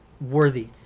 worthy